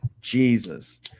Jesus